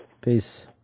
Peace